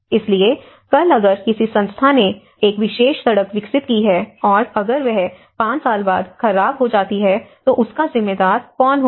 इसलिए कल अगर किसी संस्था ने एक विशेष सड़क विकसित की है और अगर वह 5 साल बाद खराब हो जाती है तो उसका जिम्मेदार कौन होगा